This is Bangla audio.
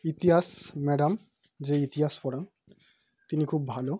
ইতিহাস ম্যাডাম যে ইতিহাস পড়ান তিনি খুব ভালো